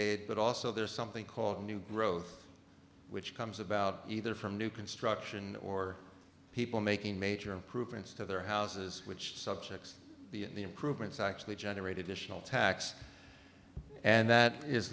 aid but also there's something called new growth which comes about either from new construction or people making major improvements to their houses which subjects the improvements actually generate additional tax and that is